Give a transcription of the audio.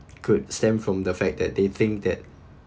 could stem from the fact that they think that